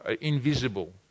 invisible